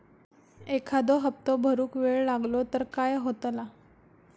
एखादो हप्तो भरुक वेळ लागलो तर काय होतला?